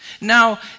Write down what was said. Now